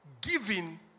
giving